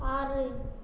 ஆறு